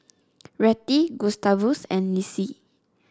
Rettie Gustavus and Lissie